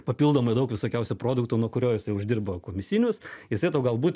papildomai daug visokiausių produktų nuo kurio jis ir uždirba komisinius jisai tau galbūt